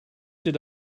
did